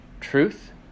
truth